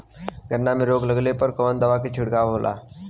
गन्ना में रोग लगले पर कवन दवा के छिड़काव होला?